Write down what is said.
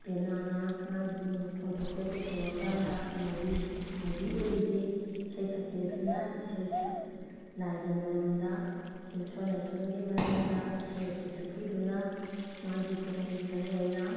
ꯄꯦꯅꯥꯅ ꯃꯥꯒꯤ ꯈꯣꯟꯊꯣꯛꯁꯦ ꯄꯨꯊꯣꯛꯑꯀꯥꯟꯗ ꯃꯥꯏꯕꯤ ꯃꯥꯏꯕꯤ ꯑꯣꯏꯔꯤꯕꯤ ꯏꯁꯩ ꯁꯛꯄꯤ ꯑꯁꯤꯅ ꯏꯁꯩ ꯂꯥꯏꯒꯤ ꯃꯔꯝꯗ ꯇꯤꯟꯁꯣꯟ ꯂꯥꯏꯁꯣꯟꯒꯤ ꯃꯔꯝꯗ ꯏꯁꯩ ꯑꯁꯤ ꯁꯛꯄꯤꯗꯨꯅ ꯃꯥꯒꯤ ꯇꯨꯡꯏꯟꯁꯟ ꯑꯣꯏꯅ